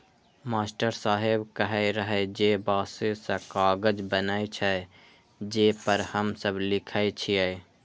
master साहेब कहै रहै जे बांसे सं कागज बनै छै, जे पर हम सब लिखै छियै